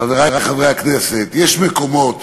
חברי חברי הכנסת, יש מקומות